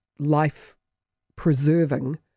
life-preserving